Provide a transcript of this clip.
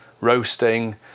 roasting